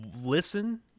listen